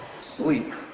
sleep